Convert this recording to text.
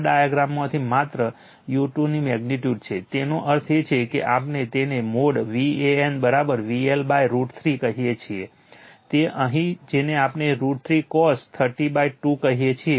આ ડાયાગ્રામમાંથી માત્ર u2 ની મેગ્નિટ્યુડ છે તેનો અર્થ એ કે આપણે જેને મોડ Van VL√ 3 કહીએ છીએ તે અહીં જેને આપણે √3 cos 30 2 કહીએ છીએ